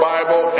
Bible